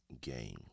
game